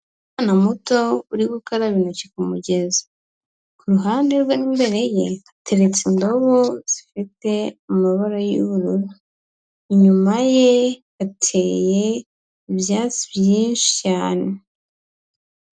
Umwana muto uri gukaraba intoki ku mugezi. Ku ruhande rwe n'imbere hateretse indobo zifite amabara y'ubururu. Inyuma ye hateye ibyatsi byinshi cyane.